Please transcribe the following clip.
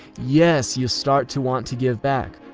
yes, you start to want to give back.